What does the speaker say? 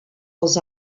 els